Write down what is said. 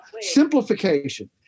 simplification